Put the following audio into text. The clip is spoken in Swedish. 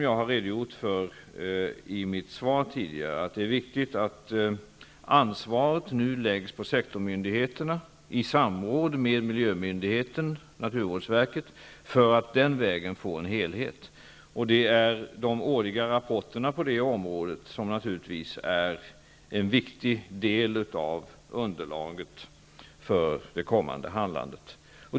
Jag har redogjort för i mitt svar tidigare att det är viktigt att ansvaret nu läggs på sektorsmyndigheterna i samråd med miljömyndigheten, naturvårdsverket, för att man den vägen skall få en helhet. De årliga rapporterna på detta område är en viktig del av underlaget för det kommande handlandet.